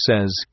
says